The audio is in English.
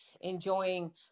enjoying